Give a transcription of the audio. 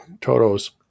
toto's